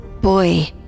boy